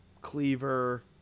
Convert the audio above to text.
cleaver